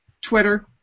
Twitter